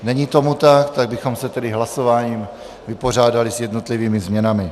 Není tomu tak, tak bychom se tedy hlasováním vypořádali s jednotlivými změnami.